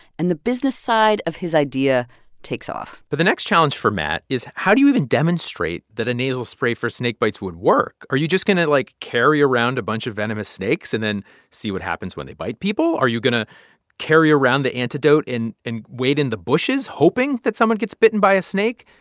and the business side of his idea takes off but the next challenge for matt is, how do you even demonstrate that a nasal spray for snakebites would work? are you just going to, like, carry around a bunch of venomous snakes and then see what happens when they bite people? are you going to carry around the antidote and wait in the bushes, hoping that someone gets bitten by a snake?